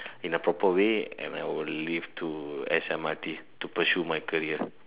in a proper way and I will leave to S_M_R_T to pursue my career